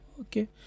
Okay